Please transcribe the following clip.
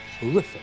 horrific